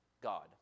God